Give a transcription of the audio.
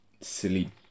silly